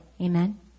Amen